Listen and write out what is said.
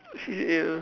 C_C_A